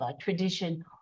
tradition